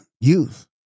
youth